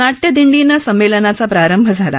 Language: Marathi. नाट्यदिंडीनं संमेलनाचा प्रारंभ झाला